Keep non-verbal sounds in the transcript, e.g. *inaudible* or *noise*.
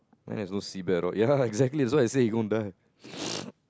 and has no seatbelt on ya exactly that's why I say he gonna die *noise*